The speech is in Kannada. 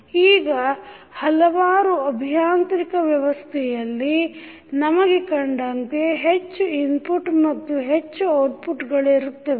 ಈಗ ಹಲವಾರು ಅಭಿಯಾಂತ್ರಕ ವ್ಯವಸ್ಥೆಯಲ್ಲಿ ನಮಗೆ ಕಂಡಂತೆ ಹೆಚ್ಚು ಇನ್ಪುಟ್ ಮತ್ತು ಹೆಚ್ಚು ಔಟ್ಪುಟ್ಗಳಿರುತ್ತವೆ